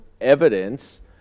evidence